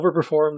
overperformed